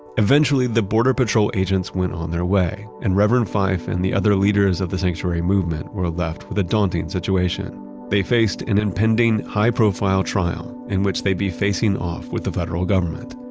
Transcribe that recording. eventually, the border patrol agents went on their way and reverend fife, and the other leaders of the sanctuary movement were left with a daunting situation. they faced an impending high-profile trial in which they'd be facing off with the federal government,